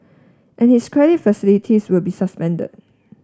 and his credit facilities will be suspended